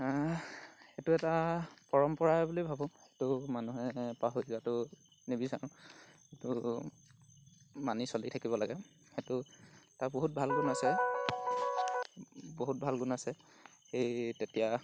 সেইটো এটা পৰম্পৰাই বুলি ভাবোঁ সেইটো মানুহে পাহৰি যোৱাতো নিবিচাৰোঁ সেইটো মানি চলি থাকিব লাগে সেইটো তাৰ বহুত ভাল গুণ আছে বহুত ভাল গুণ আছে সেই তেতিয়া